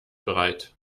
bereit